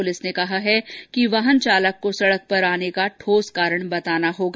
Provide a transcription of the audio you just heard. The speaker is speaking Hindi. पुलिस ने कहा है कि वाहन चालक को सड़क पर आने का ठोस कारण बताना होगा